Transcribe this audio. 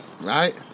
Right